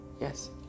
yes